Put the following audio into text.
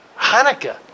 Hanukkah